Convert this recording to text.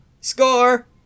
Score